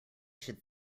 should